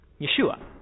Yeshua